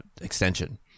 extension